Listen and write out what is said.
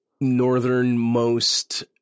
northernmost